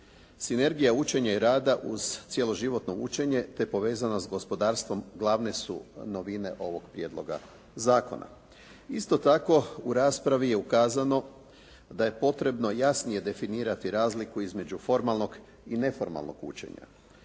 Sinergija učenja i rada uz cijelo životno učenje, te povezanost s gospodarstvom glavne su novine ovog prijedloga zakona. Isto tako u raspravi je ukazano da je potrebno jasnije definirati razliku između formalnog i neformalnog učenja.